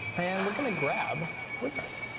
and we're going to grab wordpress.